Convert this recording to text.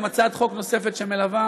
גם הצעת חוק נוספת שמלווה,